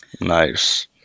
Nice